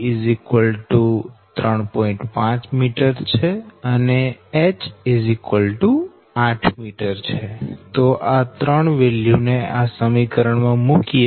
5 m અને h 8 m છે